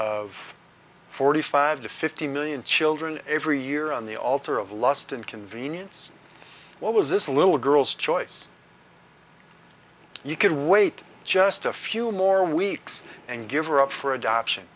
of forty five to fifty million children every year on the altar of lust and convenience what was this little girl's choice you could wait just a few more weeks and give her up for adoption